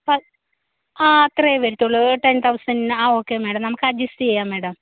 ആ അത്രയേ വരത്തുള്ളൂ ഒരു ടെന് തൗസന് ആ ഓക്കെ മേഡം നമുക്കഡ്ജസ്റ്റ് ചെയ്യാം മേഡം